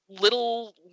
little